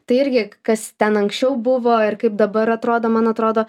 tai irgi kas ten anksčiau buvo ir kaip dabar atrodo man atrodo